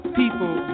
people